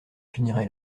finirai